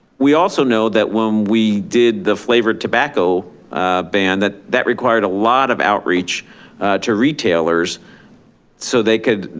we also know that when we did the flavored tobacco ban that that required a lot of outreach to retailers so they could